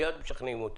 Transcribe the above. מייד משכנעים אותי.